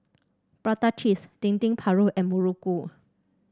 Prata Cheese Dendeng Paru and muruku